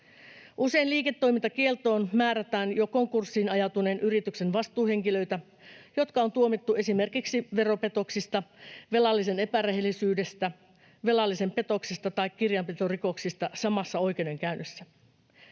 Usein liiketoimintakieltoon määrätään jo konkurssiin ajautuneen yrityksen vastuuhenkilöitä, jotka on tuomittu esimerkiksi veropetoksista, velallisen epärehellisyydestä, velallisen petoksesta tai kirjanpitorikoksista samassa oikeudenkäynnissä.